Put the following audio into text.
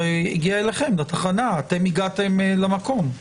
הרי הגיע אליכם לתחנה, אתם הגעתם למקום.